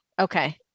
Okay